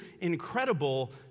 incredible